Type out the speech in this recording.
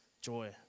joy